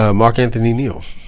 ah mark anthony neal.